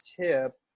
tip